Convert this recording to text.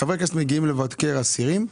חברי הכנסת מגיעים לבקר אסירים.